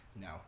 no